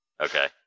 Okay